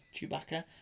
Chewbacca